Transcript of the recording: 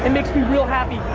and makes me real happy.